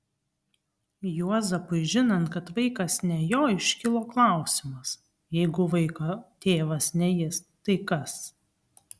juozapui žinant kad vaikas ne jo iškilo klausimas jeigu vaiko tėvas ne jis tai kas